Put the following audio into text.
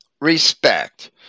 respect